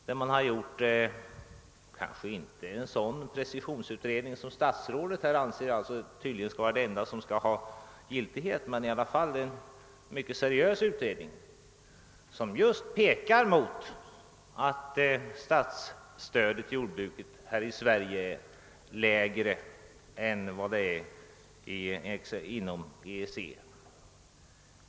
De utredningarna har kanske inte en sådan precision som statsrådet tydligen anser vara det enda som kan äga giltighet, men det är i varje fall en seriös utredning som pekar mot att statsstödet till jordbruket här i Sverige är lägre än vad det är inom EEC.